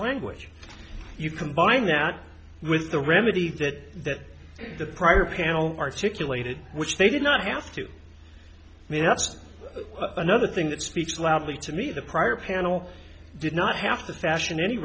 language you combine that with the remedy that the prior panel articulated which they did not have to mayhaps another thing that speech loudly to me the prior panel did not have to fashion any